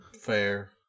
Fair